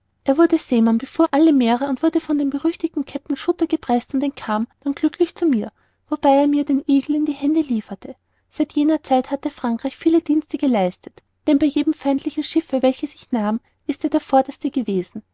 er wurde seemann befuhr alle meere wurde von dem berüchtigten kapitän schooter gepreßt und entkam dann glücklich zu mir wobei er mir den eagle in die hände lieferte seit jener zeit hat er frankreich viele dienste geleistet denn bei jedem feindlichen schiffe welches ich nahm ist er der vorderste gewesen